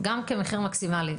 כמחיר מקסימלי,